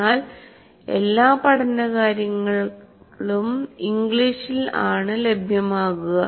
എന്നാൽ എല്ലാ പഠനകാര്യങ്ങളും ഇംഗ്ലീഷിൽ ആണ് ലഭ്യമാകുക